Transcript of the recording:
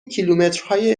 کیلومترهای